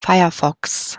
firefox